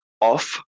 off